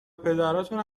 پدراتون